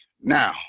now